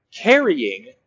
carrying